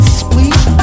sweet